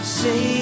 say